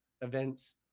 events